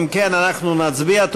אם כן, אנחנו נצביע.